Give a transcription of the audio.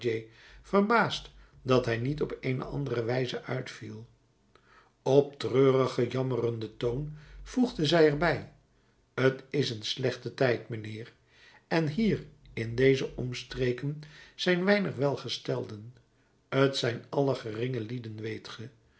verbaasd dat hij niet op eene andere wijze uitviel op treurigen jammerenden toon voegde zij er bij t is een slechte tijd mijnheer en hier in deze omstreken zijn weinig welgestelden t zijn allen geringe lieden weet ge